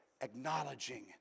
acknowledging